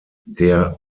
der